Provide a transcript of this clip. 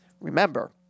Remember